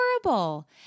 adorable